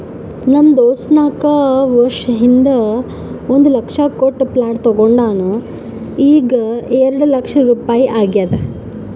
ನಮ್ ದೋಸ್ತ ನಾಕ್ ವರ್ಷ ಹಿಂದ್ ಒಂದ್ ಲಕ್ಷ ಕೊಟ್ಟ ಪ್ಲಾಟ್ ತೊಂಡಾನ ಈಗ್ಎರೆಡ್ ಲಕ್ಷ ರುಪಾಯಿ ಆಗ್ಯಾದ್